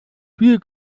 viel